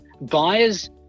buyers